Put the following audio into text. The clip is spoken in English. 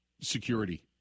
security